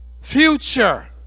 future